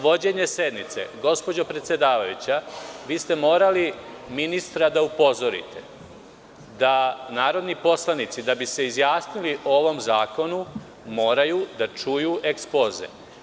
Vođenje sednice, gospođo predsedavajuća, morali ste ministra da upozorite da narodni poslanici da bi se izjasnili o ovom zakonu moraju da čuju ekspoze.